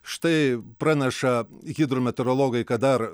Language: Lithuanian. štai praneša hidrometeorologai kad dar